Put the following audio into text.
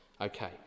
Okay